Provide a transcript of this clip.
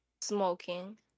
smoking